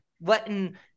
letting